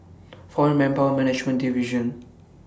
Foreign Manpower Management Division